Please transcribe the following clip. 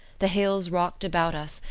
the hills rocked about us,